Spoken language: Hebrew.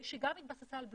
שגם התבססה על Bluetooth.